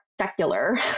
secular